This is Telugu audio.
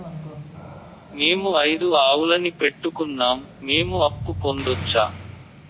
మేము ఐదు ఆవులని పెట్టుకున్నాం, మేము అప్పు పొందొచ్చా